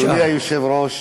אדוני היושב-ראש,